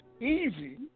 easy